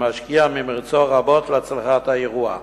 שמשקיע ממרצו רבות להצלחת האירוע.